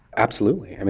absolutely,